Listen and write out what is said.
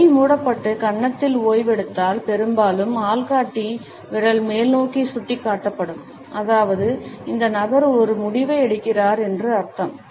கை மூடப்பட்டு கன்னத்தில் ஓய்வெடுத்தால் பெரும்பாலும் ஆள்காட்டி விரல் மேல்நோக்கி சுட்டிக்காட்டப்படும் அதாவது இந்த நபர் ஒரு முடிவை எடுக்கிறார் என்று அர்த்தம்